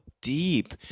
deep